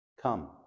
Come